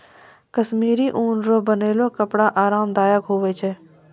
कश्मीरी ऊन रो बनलो कपड़ा आराम दायक हुवै छै